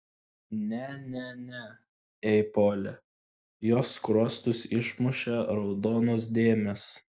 ne ne ei pole jos skruostus išmušė raudonos dėmės